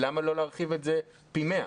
למה לא להרחיב את זה פי 100?